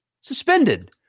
suspended